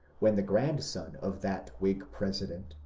when the grandson of that whig president,